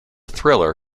thriller